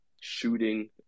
shooting